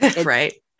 right